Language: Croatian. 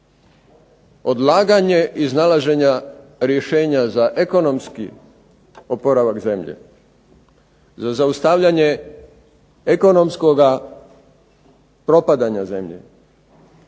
odlaganje iznalaženja rješenja za ekonomski oporavak zemlje, za zaustavljanje ekonomskoga propadanja zemlje